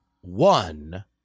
one